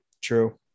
true